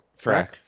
Frack